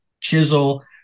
chisel